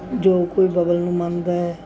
ਜੋ ਕੋਈ ਬਗਲ ਨੂੰ ਮੰਨਦਾ ਹੈ